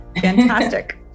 fantastic